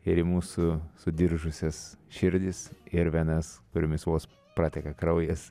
ir į mūsų sudiržusias širdis ir venas kuriomis vos prateka kraujas